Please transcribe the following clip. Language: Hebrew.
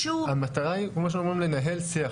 המטרה היא לנהל שיח.